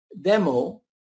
demo